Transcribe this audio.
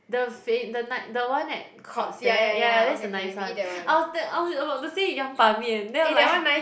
the the night the one at courts there yeah yeah that's the nice one I was about to say yeah 板面 then I'm like